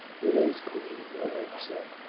it is, queen, beric said.